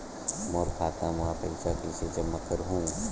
मोर खाता म पईसा कइसे जमा करहु?